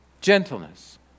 gentleness